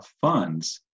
funds